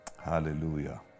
Hallelujah